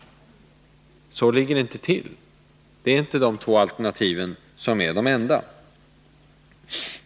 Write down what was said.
Så ligger det inte till. Det är inte de enda två alternativen.